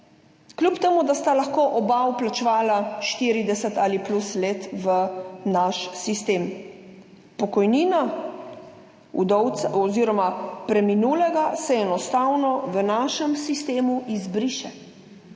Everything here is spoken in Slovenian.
kljub temu da sta lahko oba vplačevala 40 ali plus let v naš sistem. Pokojnina vdovca oziroma preminulega se enostavno v našem sistemu izbriše,